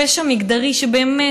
פשע מגדרי שבאמת,